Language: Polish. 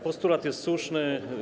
Postulat jest słuszny.